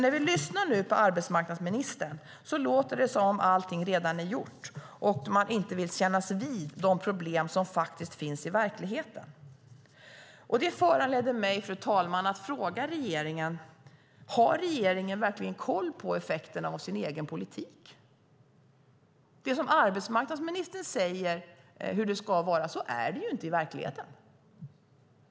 När vi nu lyssnar på arbetsmarknadsministern låter det dock som att allting redan är gjort och som att man inte vill kännas vid de problem som faktiskt finns i verkligheten. Det föranleder mig, fru talman, att fråga: Har regeringen verkligen koll på effekterna av sin egen politik? Det arbetsmarknadsministern säger om hur det ska vara stämmer ju inte med verkligheten.